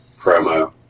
promo